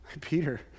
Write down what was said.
Peter